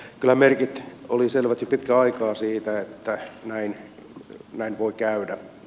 kyllä merkit olivat selvät jo pitkän aikaa siitä että näin voi käydä